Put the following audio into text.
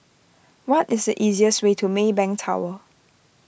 what is the easiest way to Maybank Tower